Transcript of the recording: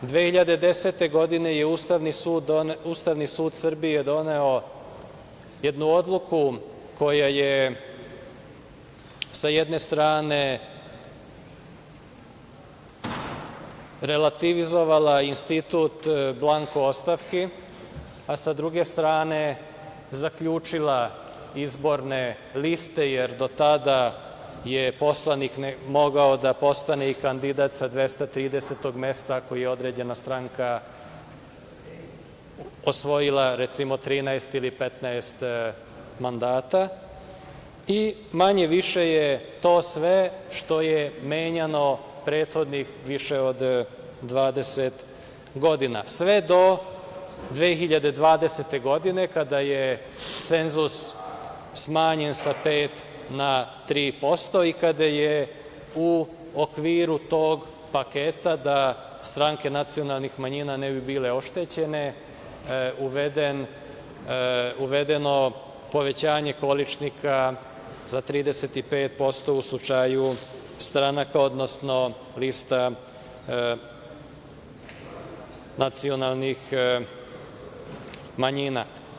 Godine 2010. je Ustavni sud Srbije doneo jednu odluku koja je sa jedne strane relativizovala institut blanko ostavki, a sa druge strane zaključila izborne liste, jer do tada je poslanik mogao da postane i kandidat sa dvestatridesetog mesta, koji određena stranka osvojila, recimo, 13 ili 15 mandata, i manje, više, je to sve što je menjano prethodnih više od 20 godina, sve do 2020. godine, kada je cenzus smanjen sa 5% na 3% i kada je u okviru tog paketa da stranke nacionalnih manjina ne bi bile oštećene, uvedeno povećanje količnika za 35% u slučaju stranaka, odnosno, lista nacionalnih manjina.